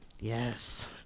Yes